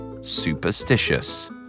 superstitious